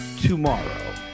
Tomorrow